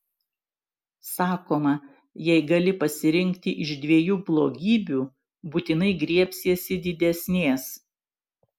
sakoma jei gali pasirinkti iš dviejų blogybių būtinai griebsiesi didesnės